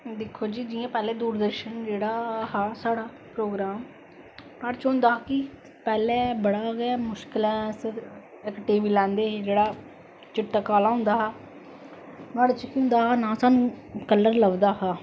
दिक्खो जी जियां पैहलें दूरदर्शन जेहड़ा हा साढ़ा प्रोग्राम च होंदा हा कि पैहलें बडे़ गै मुशकलें अस इक टीवी लेंदे है जेहड़ा चिट्टा काला होंदा हा नुआढ़े च केह् होंदा हा ना स्हानू कलर लभदा हा